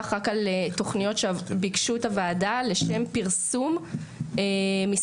רק על תוכניות שביקשו את הוועדה לשם פרסום מסחרי.